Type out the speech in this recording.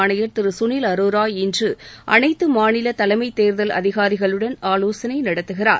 ஆணையர் திரு சுனில் அரோரா இன்று அனைத்து மாநில தலைமைத் தேர்தல் அதிகாரிகளுடன் ஆலோசனை நடத்துகிறார்